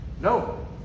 No